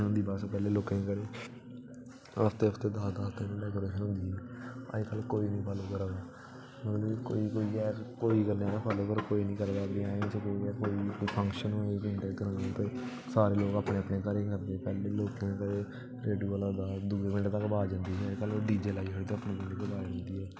पैह्लें शुरू होई जंदा हा लोकें दे घरें हफ्ता हफ्ता दस्स दस्स दिन अज्जकल कोई निं गल्ल करा दा मतलब कि कोई कोई ऐ कोई कोई गै करदा फॉलो कोई फंक्शन होऐ सारे लोग अपने अपने घरें करदे पैह्लें लोक पैह्लें लोकें दे घरें रेडूआ लगदा ओह् दूर दूर तगर आवाज़ जंदी ही ते अज्जकल ओह् डीजे लगदे ओह् अपने तगर गै आवाज़ जंदी ऐ